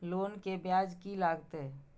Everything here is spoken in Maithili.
लोन के ब्याज की लागते?